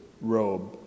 robe